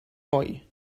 mwy